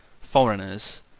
foreigners